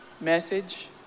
Message